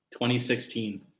2016